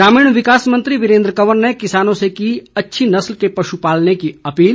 ग्रामीण विकास मंत्री वीरेन्द्र कंवर ने किसानों से की अच्छी नस्ल के पशु पालने की अपील